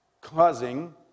causing